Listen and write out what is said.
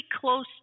close